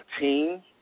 team